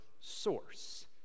source